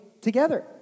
together